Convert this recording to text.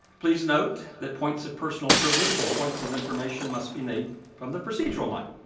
please note that points of personal privilege and points of information must be made from the procedural mic,